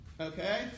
okay